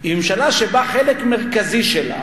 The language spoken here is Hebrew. היא ממשלה שחלק מרכזי שלה